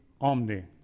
omni